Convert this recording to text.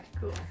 cool